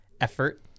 effort